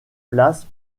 place